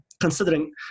considering